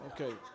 Okay